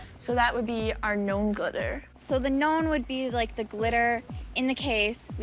so that would be our known glitter. so the known would be like the glitter in the case,